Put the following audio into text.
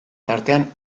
tartean